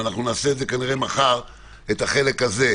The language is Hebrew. אולמות האירועים הוא מקום שהיה נכנס אם היה פתוח תחת תקנה 7,